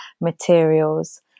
materials